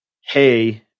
Hey